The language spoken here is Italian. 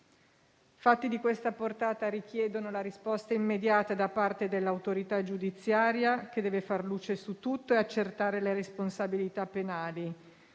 Fatti di questa portata richiedono una risposta immediata da parte dell'autorità giudiziaria, che deve far luce su tutto e accertare le responsabilità penali.